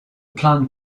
plant